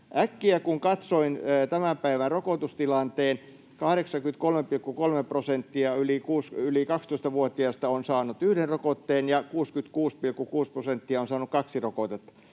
Äkkiä kun katsoin tämän päivän rokotustilanteen, niin 83,3 prosenttia yli 12-vuotiaista on saanut yhden rokotteen ja 66,6 prosenttia on saanut kaksi rokotetta.